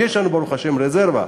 כי יש לנו ברוך השם רזרבה?